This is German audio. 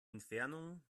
entfernung